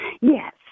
Yes